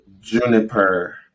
Juniper